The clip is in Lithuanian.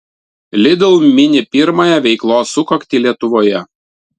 lidl mini pirmąją veiklos sukaktį lietuvoje